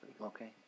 Okay